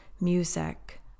music